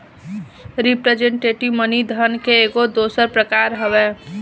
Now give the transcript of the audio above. representative money धन के एगो दोसर प्रकार हवे